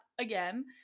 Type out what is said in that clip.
again